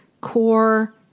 core